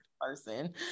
person